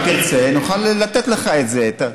אם תרצה, נוכל לתת לך את זה.